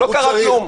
לא קרה כלום.